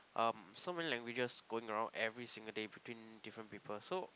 um so many languages going around every single day between different people so